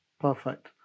Perfect